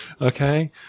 Okay